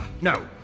No